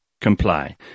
comply